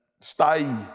stay